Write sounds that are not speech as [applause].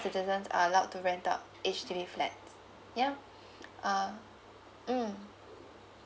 citizens are allowed to rent out H_D_B flat ya [noise] um mm